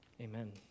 Amen